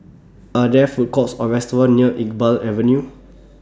Are There Food Courts Or restaurants near Iqbal Avenue